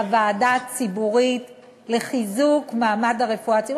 דיוני הוועדה הציבורית לחיזוק מעמד הרפואה הציבורית,